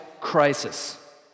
crisis